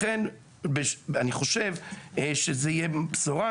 לכן, אני חושב שזו תהיה בשורה.